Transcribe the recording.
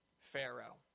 Pharaoh